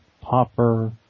popper